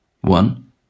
One